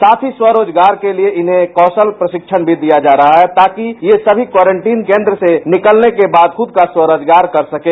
साथ ही स्वरोजगार के लिए इन्हें कौशल प्रशिक्षण भी दिया जा रहा है ताकि ये सभी क्वारेंटीन केन्द्र से निकलने के बाद खुद का स्वरोजगार कर सकें